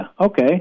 okay